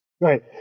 Right